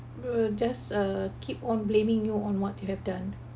they will just uh keep on blaming you on what you have done